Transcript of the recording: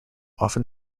often